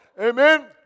Amen